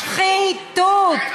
בטח שחיתות.